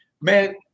Man